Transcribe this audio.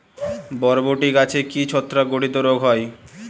বরবটি গাছে কি ছত্রাক ঘটিত রোগ হয়?